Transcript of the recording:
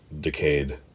decayed